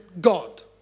God